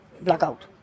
blackout